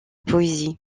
poésie